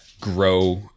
grow